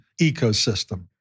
ecosystem